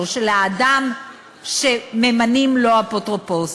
של האדם שממנים לו אפוטרופוס.